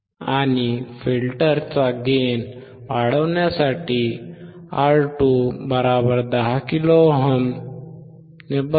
आणि फिल्टरचा गेन वाढवण्यासाठी R2 100 किलो ओहमने 100kΩ बदला